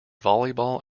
volleyball